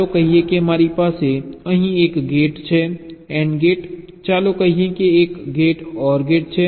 ચાલો કહીએ કે મારી પાસે અહીં એક ગેટ છે AND ગેટ છે ચાલો કહીએ કે એક OR ગેટ છે